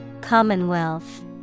Commonwealth